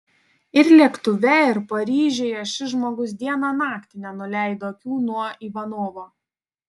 ir lėktuve ir paryžiuje šis žmogus dieną naktį nenuleido akių nuo ivanovo